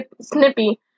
snippy